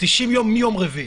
90 יום מיום רביעי.